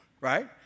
right